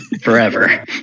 forever